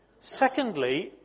Secondly